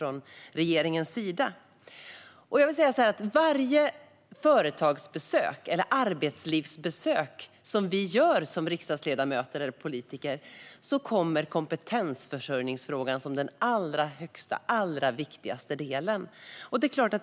Vid varje arbetslivsbesök som vi gör som riksdagsledamöter kommer kompetensförsörjningsfrågan upp som den allra viktigaste frågan.